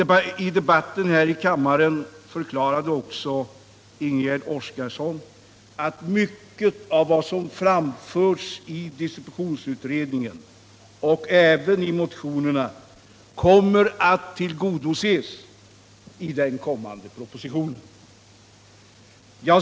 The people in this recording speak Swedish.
I debatten här i kammaren förklarade också Ingegärd Oskarsson att mycket av vad som framförts i distributionsutredningen, liksom i motionerna, skulle tillgodoses i den kommande propositionen.